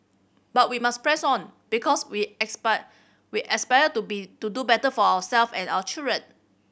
but we must press on because we aspire we aspire to be to do better for ourselves and our children